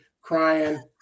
crying